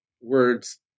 words